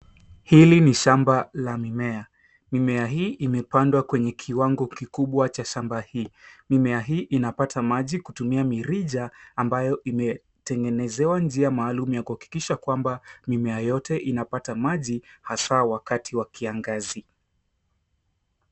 Hili ni shamba la mimea. Mimea hii imepandwa kwenye kiwango kikubwa cha shamba hii. Mimea hii inapata maji kutumia mirija ambayo imetengenezewa njia maalumu ya kuhakikisha kwamba mimea yote inapata maji, hasa wakati wa kiangazi.